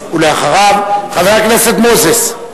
חבר הכנסת ניצן הורוביץ.